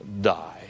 die